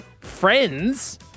Friends